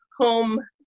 home